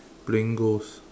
playing ghost